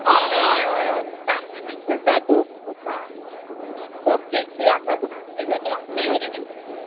हय हय हय हय तांबी बीन करता दोस करता सोप केक्सूय आसा तुमकां कांय जाल्यार नेवरी बीन तेणी जाय